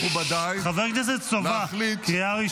מכובדיי ----- חבר הכנסת סובה,